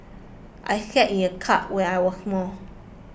I sat in a cart when I was small